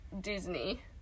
Disney